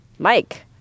Mike